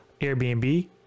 Airbnb